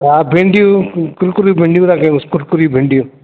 भिंडियूं कुरकुरी भिंडियूं रखेवसि कुरकुरी भिंडियूं